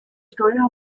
steuer